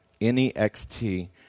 N-E-X-T